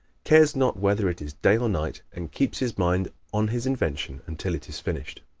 cares not whether it is day or night and keeps his mind on his invention until it is finished.